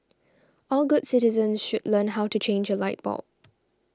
all good citizens should learn how to change a light bulb